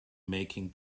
making